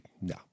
no